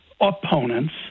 opponents